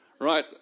right